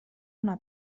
una